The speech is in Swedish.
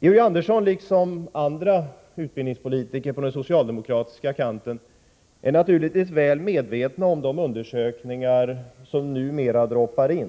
Georg Andersson liksom andra utbildningspolitiker på den socialdemokratiska kanten är naturligtvis väl medveten om de undersökningar som numera droppar in